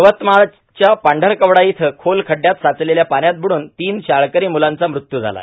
यवतमाळच्या पांढरकवडा इथं खोल खड्डयात साचलेल्या पाण्यात बुडून तीन शाळकर मुलांचा मृत्यू झाला आहे